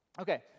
Okay